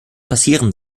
passieren